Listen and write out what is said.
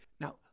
Now